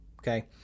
Okay